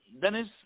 Dennis